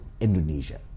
Indonesia